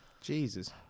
Jesus